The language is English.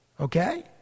Okay